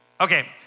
Okay